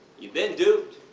you've been duped.